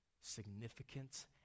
significance